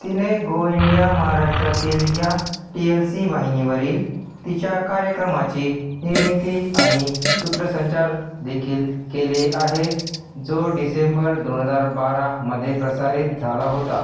तिने go India महाराष्ट्रातील या टी एल सी वाहिनीवरील तिच्या कार्यक्रमाची निर्मिती आणि सूत्रसंचारदेखील केले आहे जो डिसेंबर दोन हजार बारामध्ये प्रसारित झाला होता